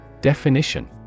Definition